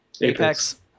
Apex